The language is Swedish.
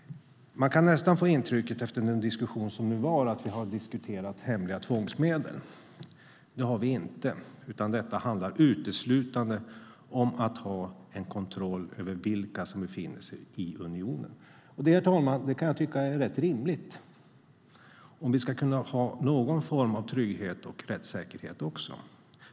Av den diskussion som nu har varit kan man nästan få intrycket att vi har diskuterat hemliga tvångsmedel. Det har vi inte, utan detta handlar uteslutande om att ha kontroll över vilka som befinner sig i unionen. Det, herr talman, kan jag tycka är rätt rimligt om vi ska kunna ha någon form av trygghet och rättssäkerhet.